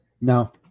No